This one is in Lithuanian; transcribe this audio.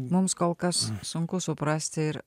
mums kol kas sunku suprasti ir